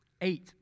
Eight